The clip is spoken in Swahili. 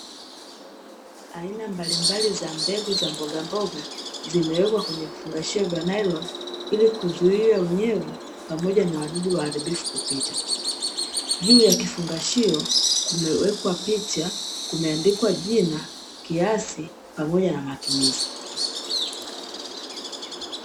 Aina mbalimbali za mbegu za mbogamboga, zimewekwa kwenye vifungashio vya nailoni, ili kuzuia unyevu pamoja na wadudu waharibifu kupita. Juu ya kifungashio kumewekwa picha kumeandikwa jina, kiasi pamoja na matumizi.